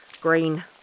green